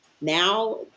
now